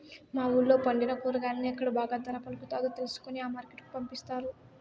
మా వూళ్ళో పండిన కూరగాయలను ఎక్కడ బాగా ధర పలుకుతాదో తెలుసుకొని ఆ మార్కెట్ కు పంపిస్తారు